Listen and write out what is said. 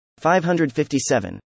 557